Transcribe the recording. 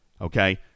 okay